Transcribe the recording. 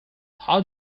how